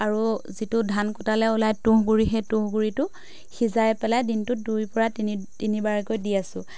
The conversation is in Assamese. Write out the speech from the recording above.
আৰু যিটো ধান কোটালে ওলায় তুঁহ গুড়ি সেই তুঁহ গুৰিটো সিজাই পেলাই দিনটোত দুইৰ পৰা তিনি তিনিবাৰকৈ দি আছোঁ